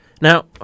Now